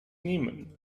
nehmen